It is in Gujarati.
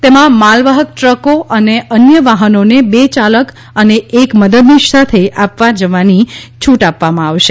તેમાં માલવાહક ટ્રકો અને અન્ય વાહનોને બે ચાલક અને એક મદદનીશ સાથે આપવા જવાની છૂટ આપવામાં આવશે